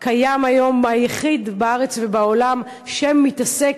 היחיד שקיים היום בארץ ובעולם שמתעסק